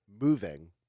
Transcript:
moving